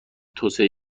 توسعه